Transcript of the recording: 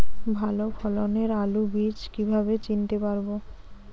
ভালো ফলনের আলু বীজ কীভাবে চিনতে পারবো?